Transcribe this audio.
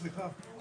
סליחה.